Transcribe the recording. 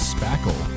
Spackle